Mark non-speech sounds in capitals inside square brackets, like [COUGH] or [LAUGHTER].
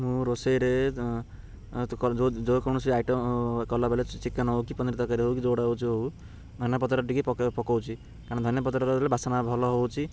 ମୁଁ ରୋଷେଇରେ ଯେକୌଣସି ଆଇଟମ୍ କଲାବେଳେ ଚିକେନ୍ ହଉ କି ପନିର୍ ତରକାରୀ ହଉ କି ଯେଉଁଟା ହେଉଛି ହଉ ଧନିଆ ପତର ଟିକେ [UNINTELLIGIBLE] ପକଉଛି କାରଣ ଧନିଆ ପତର [UNINTELLIGIBLE] ବାସନା ଭଲ ହେଉଛି